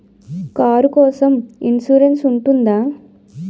Car కోసం insurance ఉంటుందా?